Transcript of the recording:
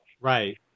Right